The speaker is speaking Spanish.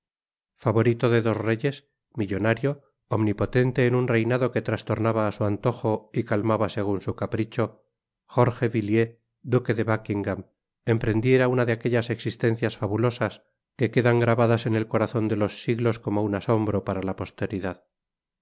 favorita de dos reyes millonario omnipotente en un reinado que trastornaba á su antojo y calmaba segun su capricho jorge villiers duque de buckingam emprendiera una de aquellas existencias fabulosas que quedan grabadas en el corazon de los siglos como un asombro para la posteridad